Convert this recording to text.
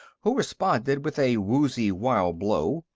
who responded with a woozy, wild blow.